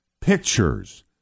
pictures